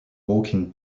walking